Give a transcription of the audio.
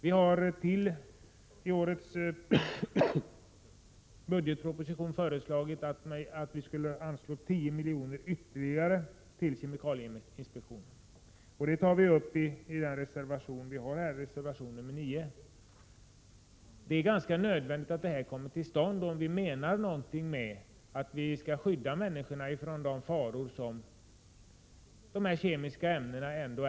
Centerpartiet har till årets budgetproposition föreslagit att 10 miljoner ytterligare skall anslås till kemikalieinspektionen. Frågan följs upp i reservation nr 12. Det är nödvändigt att detta anslag kommer till stånd, om det är meningen att människorna skall skyddas från de faror som dessa kemiska ämnen kan utgöra.